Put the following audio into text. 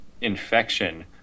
infection